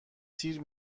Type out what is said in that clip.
تیر